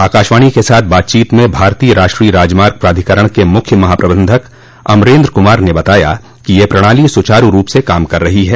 आकाशवाणी के साथ बातचीत में भारतीय राष्ट्रीय राजमार्ग प्राधिकरण के मुख्य महाप्रबंधक अमरेन्द्र कुमार ने बताया कि ये प्रणाली सुचारू रूप से काम कर रही है